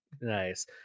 nice